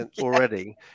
already